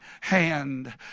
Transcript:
hand